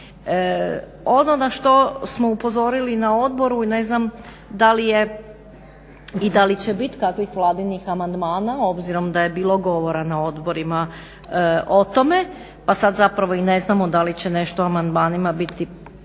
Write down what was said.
Ono na što smo upozorili na odboru ne znam da li je i da li će bit kakvih vladinih amandmana obzirom da je bilo govora na odborima o tome, pa sad zapravo i ne znamo da li će nešto amandmanima biti